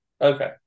Okay